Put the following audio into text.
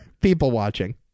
people-watching